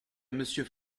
monsieur